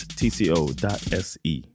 tco.se